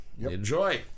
Enjoy